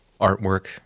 Artwork